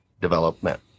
development